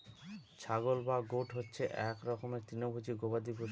ছাগল বা গোট হচ্ছে এক রকমের তৃণভোজী গবাদি পশু